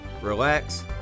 Relax